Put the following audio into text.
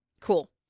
Cool